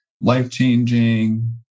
life-changing